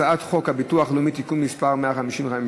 הצעת חוק הביטוח הלאומי (תיקון מס' 155),